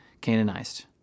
canonized